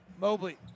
Mobley